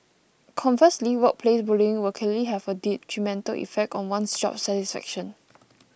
conversely workplace bullying will clearly have a detrimental effect on one's job satisfaction